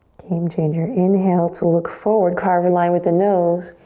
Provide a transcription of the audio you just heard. game changer. inhale to look forward, carve a line with the nose.